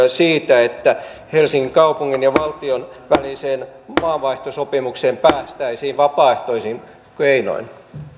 siitä että helsingin kaupungin ja valtion väliseen maavaihtosopimukseen päästäisiin vapaaehtoisin keinoin arvoisa